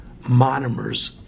monomers